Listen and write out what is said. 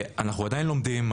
אנחנו עדיין לומדים,